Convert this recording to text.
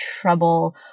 trouble